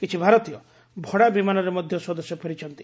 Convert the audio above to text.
କିଛି ଭାରତୀୟ ଭଡା ବିମାନରେ ମଧ୍ୟ ସ୍ୱଦେଶ ଫେରିଛନ୍ତି